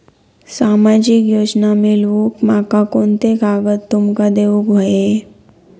सामाजिक योजना मिलवूक माका कोनते कागद तुमका देऊक व्हये?